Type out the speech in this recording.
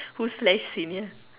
who's less senior